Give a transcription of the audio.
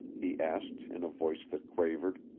he asked, in a voice that quavered.